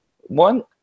one